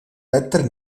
petr